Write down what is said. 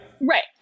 Right